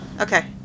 okay